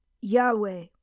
Yahweh